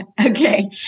Okay